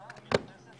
בשעה